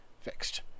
Fixed